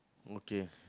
okay